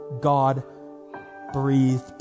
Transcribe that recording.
God-breathed